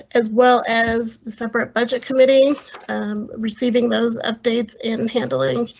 as well as the separate budget committee receiving those updates in handling.